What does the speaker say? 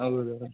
ಹೌದು ಅಲ್ಲಾ